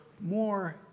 more